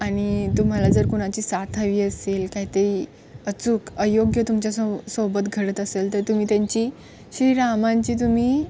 आणि तुम्हाला जर कोणाची साथ हवी असेल काय ते अचूक अयोग्य तुमच्यासोबत घडत असेल तर तुम्ही त्यांची श्रीरामांची तुम्ही